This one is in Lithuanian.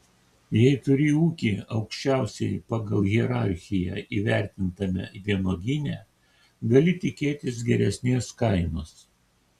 jei turi ūkį aukščiausiai pagal hierarchiją įvertintame vynuogyne gali tikėtis geresnės kainos